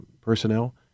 personnel